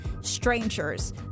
strangers